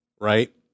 right